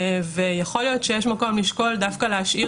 ויכול להיות שיש מקום לשקול דווקא להשאיר